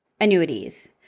annuities